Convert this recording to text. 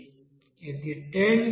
ఇది 10Δxs అవుతుంది